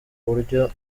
buryo